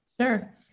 Sure